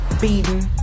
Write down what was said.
beaten